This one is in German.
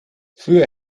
früher